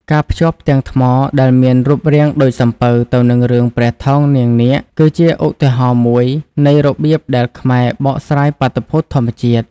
ការភ្ជាប់ផ្ទាំងថ្មដែលមានរូបរាងដូចសំពៅទៅនឹងរឿងព្រះថោងនាងនាគ គឺជាឧទាហរណ៍មួយនៃរបៀបដែលខ្មែរបកស្រាយបាតុភូតធម្មជាតិ។